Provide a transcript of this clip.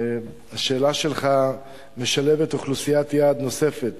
השאלה שלך משלבת אוכלוסיית יעד נוספת